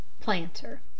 planter